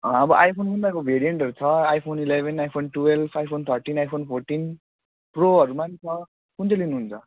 अँ अब आइफोन उनीहरूको भेरिएन्टहरू छ iPhone eleven iPhone twelve iPhone thirteen iPhone फोर्टिन प्रोहरूमा पनि छ कुन चाहिँ लिनुहुन्छ